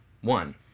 one